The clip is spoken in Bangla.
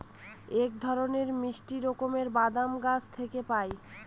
এক ধরনের মিষ্টি রকমের বাদাম গাছ থেকে পায়